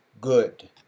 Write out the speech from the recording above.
good